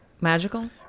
magical